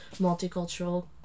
multicultural